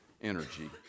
energy